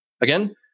again